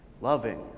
loving